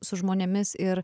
su žmonėmis ir